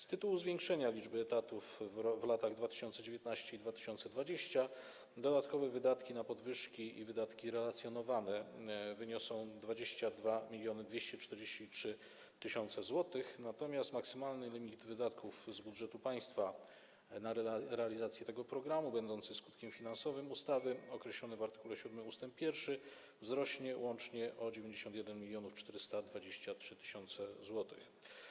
Z tytułu zwiększenia liczby etatów w latach 2019 i 2020 dodatkowe wydatki na podwyżki i wydatki relacjonowane wyniosą 22 243 tys. zł, natomiast maksymalny limit wydatków z budżetu państwa na realizację tego programu, będący skutkiem finansowym ustawy, określony w art. 7 ust. 1, wzrośnie łącznie o 91 423 tys. zł.